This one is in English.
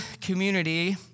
community